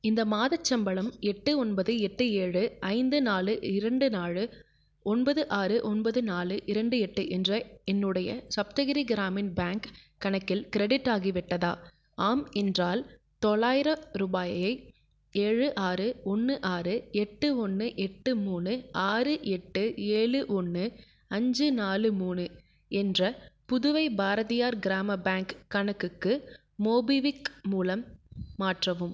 இந்த மாதச் சம்பளம் எட்டு ஒன்பது எட்டு ஏழு ஐந்து நாலு இரண்டு நாலு ஒன்பது ஆறு ஒன்பது நாலு இரண்டு எட்டு என்ற என்னுடைய சப்தகிரி க்ராமின் பேங்க் கணக்கில் க்ரெடிட் ஆகிவிட்டதா ஆம் என்றால் தொள்ளாயிரம் ரூபாயை ஏழு ஆறு ஒன்று ஆறு எட்டு ஒன்று எட்டு மூணு ஆறு எட்டு ஏழு ஒன்று அஞ்சு நாலு மூணு என்ற புதுவை பாரதியார் கிராம பேங்க் கணக்குக்கு மோபிக்விக் மூலம் மாற்றவும்